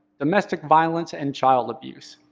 domestic violence, and child abuse.